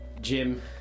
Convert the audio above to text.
Jim